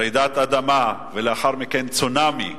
רעידת אדמה ולאחר מכן צונאמי,